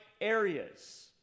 areas